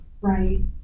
Right